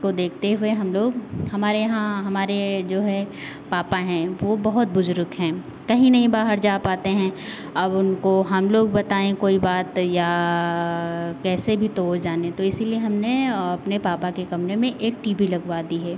को देखते हुए हम लोग हमारे यहाँ हमारे जो है पापा हैं वो बहुत बुजुर्ग हैं कहीं नहीं बाहर जा पाते हैं अब उनको हम लोग बताएँ कोई बात या कैसे भी तो वो जाने तो इसीलिए हमने अपने पापा के कमरे में एक टी बी लगवा दी है